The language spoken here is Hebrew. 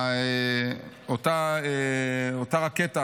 אותה רקטה